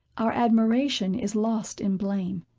our admiration is lost in blame.